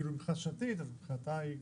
כאילו מבחינה שנתית אז מבחינתה היא גובה.